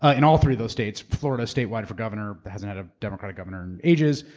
ah in all three of those states. florida statewide for governor that hasn't had a democratic governor in ages,